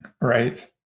Right